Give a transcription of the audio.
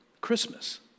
Christmas